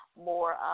more